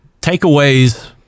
Takeaways